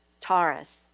Taurus